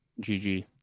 GG